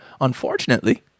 Unfortunately